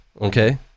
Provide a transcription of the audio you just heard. okay